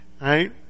Right